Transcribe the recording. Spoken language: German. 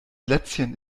lätzchen